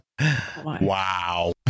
Wow